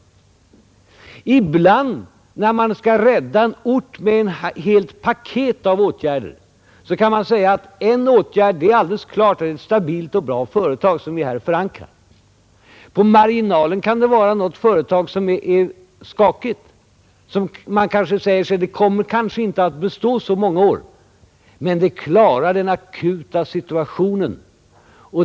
Man kan ibland när man skall rädda en ort med ett helt paket av åtgärder konstatera att det finns ett stabilt och bra företag som är förankrat där. På marginalen kan det däremot finnas ett företag som går skakigt. Man säger sig att det kanske inte kommer att bestå så många år men att det klarar den akuta situationen.